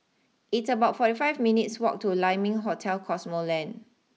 it's about forty five minutes' walk to Lai Ming Hotel Cosmoland